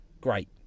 great